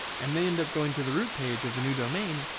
and they end up going to the root page of the new domain,